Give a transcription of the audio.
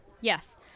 Yes